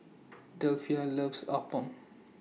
Delphia loves Appam